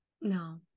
No